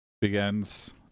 begins